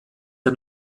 der